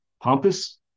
pompous